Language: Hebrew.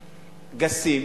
גסים,